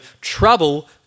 trouble